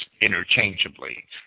interchangeably